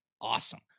awesome